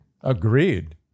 Agreed